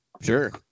Sure